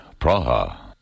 Praha